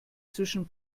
zwischen